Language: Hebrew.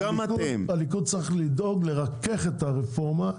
ולכן הליכוד צריך לדאוג לרכך את הרפורמה.